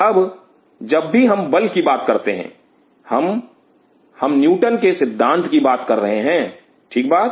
अब जब भी हम बल की बात करते हैं हम हम न्यूटन के सिद्धांत की बात कर रहे हैं ठीक बात